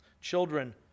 Children